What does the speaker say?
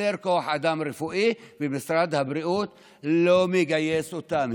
חסר כוח אדם רפואי, ומשרד הבריאות לא מגייס אותם.